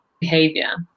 behavior